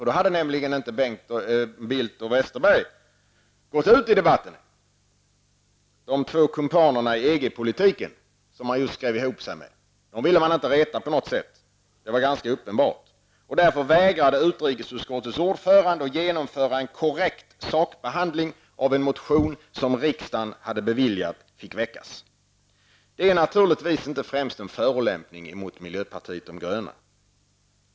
Då hade inte Bildt och Westerberg gått ut i debatten -- de två kumpanerna i EG-politiken, som har skrivit ihop sig. Man ville inte reta dem, vilket var uppenbart. Därför vägrade utrikesutskottets ordförande att genomföra en korrekt sakbehandling av en motion vars väckande riksdagen hade beviljat. Detta är naturligtvis inte främst en förolämpning mot miljöpartiet de gröna.